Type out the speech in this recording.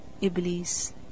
Iblis